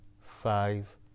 five